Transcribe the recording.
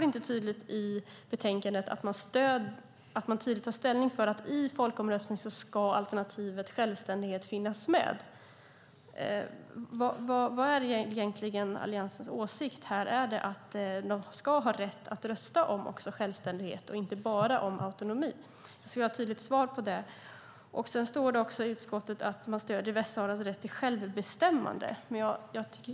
I betänkandetexten tas inte tydligt ställning för att alternativet självständighet ska finnas med vid en folkomröstning. Vad är egentligen Alliansens åsikt? Är det att de ska ha rätt att rösta även om självständighet och inte bara om autonomi? Jag skulle vilja ha svar på det. I betänkandetexten står också att man stöder Västsaharas rätt till självbestämmande.